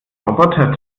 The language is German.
roboter